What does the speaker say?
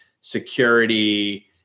security